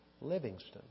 Livingston